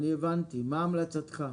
אני הבנתי, מה המלצתך?